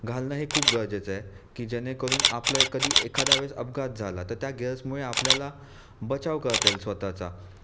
घालणं हे खूप गरजेचं आहे की जेणेकरून आपलाही कधी एखाद्या वेळेस अपघात झाला तर त्या गेअर्समुळे आपल्याला बचाव करता येईल स्वतःचा